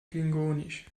klingonisch